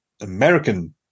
American